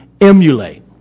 emulate